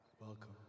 welcome